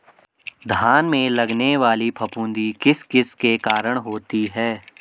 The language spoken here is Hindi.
धान में लगने वाली फफूंदी किस किस के कारण होती है?